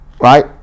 Right